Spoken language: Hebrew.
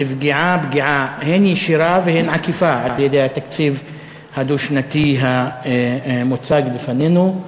נפגעה פגיעה הן ישירה והן עקיפה על-ידי התקציב הדו-שנתי המוצג בפנינו.